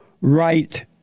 Right